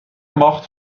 macht